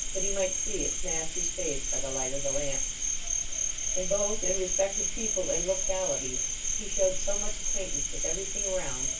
that he might see its master's face by the light of the lamps and, both in respect of people and localities, he showed so much acquaintance with everything around,